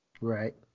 Right